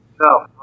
no